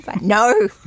no